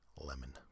Lemon